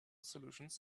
solutions